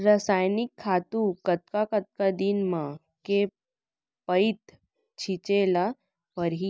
रसायनिक खातू कतका कतका दिन म, के पइत छिंचे ल परहि?